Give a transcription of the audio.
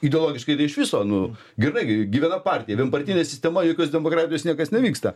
ideologiškai tai iš viso nu grynai gi gi viena partija vienpartinė sistema jokios demokratijos niekas nevyksta